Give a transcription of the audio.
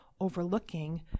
overlooking